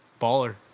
Baller